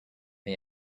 may